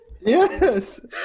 Yes